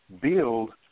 Build